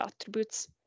attributes